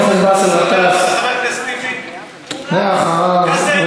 תודה רבה.